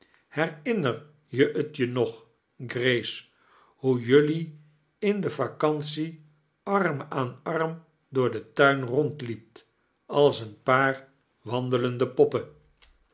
je t je nog grace hoe julliie in de vacantie arm aan arm door den tuin rondliept ale een paar wandelende poppen